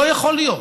לא יכול להיות.